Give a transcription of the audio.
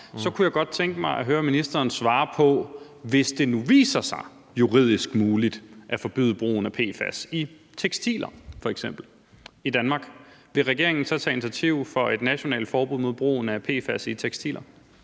så kunne jeg godt tænke mig at høre ministeren svare på: Hvis det nu viser sig juridisk muligt at forbyde brugen af PFAS i f.eks. tekstiler i Danmark, vil regeringen så tage initiativ til et nationalt forbud mod brugen af PFAS i tekstiler?